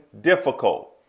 difficult